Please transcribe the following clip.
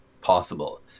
possible